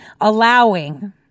allowing